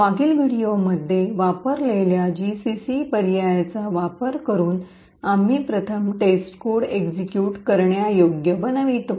मागील व्हिडिओमध्ये वापरलेल्या जीसीसी पर्यायांचा वापर करून आम्ही प्रथम टेस्टकोड एक्सिक्यूट करण्यायोग्य बनवितो